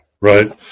right